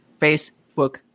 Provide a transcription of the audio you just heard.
Facebook